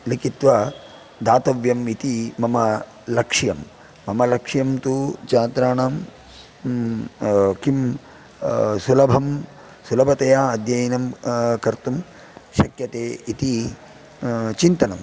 लिखित्वा दातव्यम् इति मम लक्ष्यं मम लक्ष्यं तु छात्राणां किं सुलभं सुलभतया अध्ययनं कर्तुं शक्यते इति चिन्तनम्